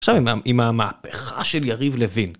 עכשיו עם המהפכה של יריב לוין.